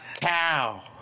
cow